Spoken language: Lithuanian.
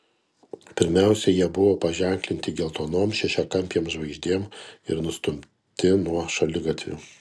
pirmiausia jie buvo paženklinti geltonom šešiakampėm žvaigždėm ir nustumti nuo šaligatvių